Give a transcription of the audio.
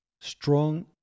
strong